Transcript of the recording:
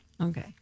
okay